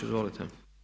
Izvolite.